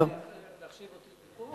אפשר להחשיב אותי מפה,